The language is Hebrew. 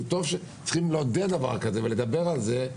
צריכים לעודד דבר כזה, ולדבר על זה.